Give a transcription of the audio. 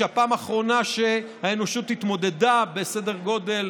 הפעם האחרונה שהאנושות התמודדה בסדר גודל